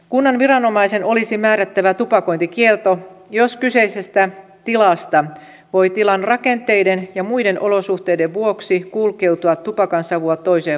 kunnan viranomaisen olisi määrättävä tupakointikielto jos kyseisestä tilasta voi tilan rakenteiden ja muiden olosuhteiden vuoksi kulkeutua tupakansavua toiseen vastaavaan tilaan